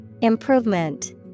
Improvement